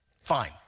Fine